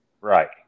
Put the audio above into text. right